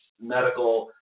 medical